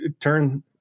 turn